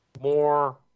more